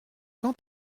quand